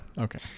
Okay